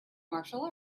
martial